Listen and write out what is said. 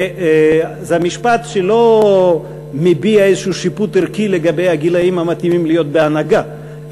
וזה משפט שלא מביע איזה שיפוט ערכי לגבי הגילאים המתאימים להיות בהנהגה,